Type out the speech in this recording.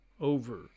over